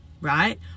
right